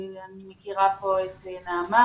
אני מכירה פה את נעמה